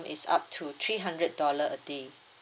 is up to three hundred dollars a day